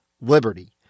Liberty